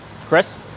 Chris